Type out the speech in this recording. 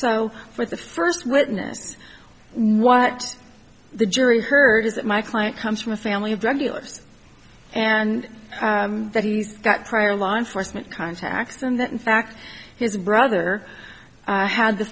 for the first witness what the jury heard is that my client comes from a family of drug dealers and that he's got prior law enforcement contacts and that in fact his brother had the